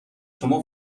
شما